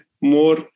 more